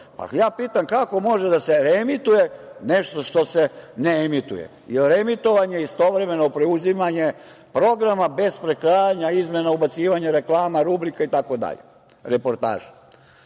pitam – kako može da se reemituje nešto što se ne emituje, jer reemitovanje je istovremeno preuzimanje programa bez prekrajanja, izmena, ubacivanja reklama, rubrika itd, reportaža?